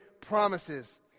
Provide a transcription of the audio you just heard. promises